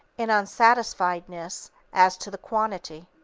an unsatisfiedness as to the quantity.